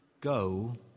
Go